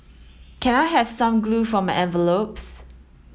can I have some glue for my envelopes